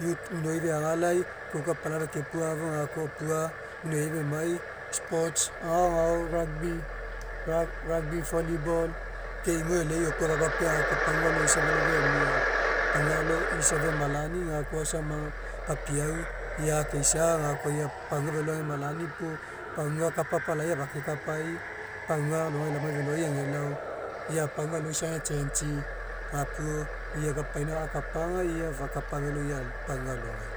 Youth mino feagalai kuku apala fekepuafuga gakoa opua minoiai femai sports agao agao rugby rugby volleyball ke imoi e'elei einopua fapapea gakoa pagua alo isa felo femia pagua alo isa femalani gakoa samagai papiau akeisa'a gakoa pagua alo fe agemalani puo pagua kapa apalai afakekapai. Pagua alogai laomaifeloi agelao ia a pagua alo isa age change'i gapuo ia kapaina akapa aga ia fakapafelo ia a pagua alogai.